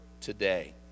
today